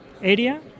area